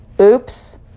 oops